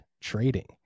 trading